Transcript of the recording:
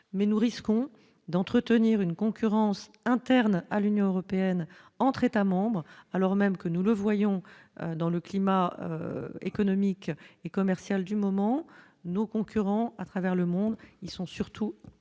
mais nous risquons d'entretenir une concurrence interne à l'Union européenne entre États-membres, alors même que nous le voyons dans le climat économique et commerciale du moment nos concurrents à travers le monde ils sont surtout